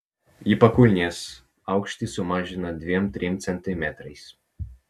ji pakulnės aukštį sumažina dviem trim centimetrais